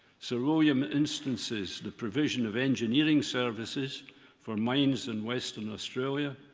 sir william instances the provision of engineering services for mines in western australia,